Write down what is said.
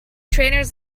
trainers